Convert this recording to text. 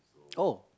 oh